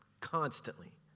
constantly